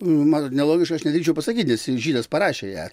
matot nelogiška aš nedrįsčiau pasakyt nes žydas parašė ją